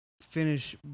finish